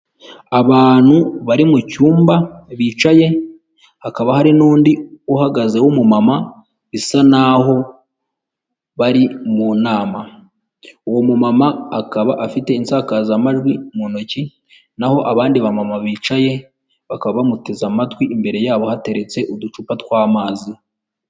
Abantu bari mu cyumba bicaye hakaba hari n'undi uhagaze w'umumama, bisa naho bari mu nama, uwo mu mama akaba afite insakazamajwi mu ntoki, naho abandi ba mama bicaye bakaba bamuteze amatwi, imbere yabo hateretse uducupa tw'amazi.